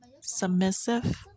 submissive